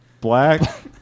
Black